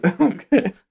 Okay